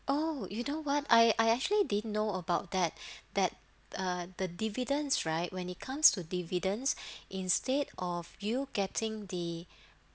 oh you know what I I actually didn't know about that that uh the dividends right when it comes to dividends instead of you getting the